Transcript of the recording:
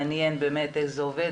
מעניין באמת איך זה עובד.